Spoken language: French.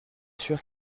sûr